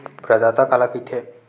प्रदाता काला कइथे?